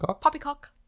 poppycock